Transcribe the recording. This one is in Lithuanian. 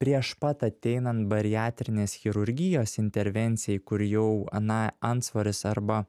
prieš pat ateinant bariatrinės chirurgijos intervencijai kur jau aną antsvoris arba